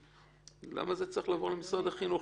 למה זה צריך לעבור למשרד החינוך?